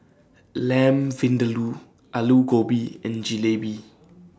Lamb Vindaloo Alu Gobi and Jalebi